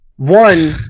one